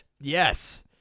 Yes